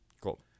Cool